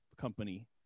company